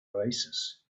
oasis